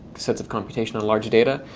sets of computation and large data,